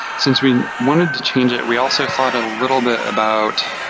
since we wanted to change it, we also thought a little bit about,